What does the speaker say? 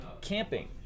camping